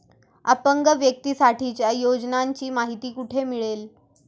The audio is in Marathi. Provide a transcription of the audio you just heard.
अपंग व्यक्तीसाठीच्या योजनांची माहिती कुठे मिळेल?